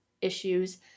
issues